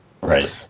Right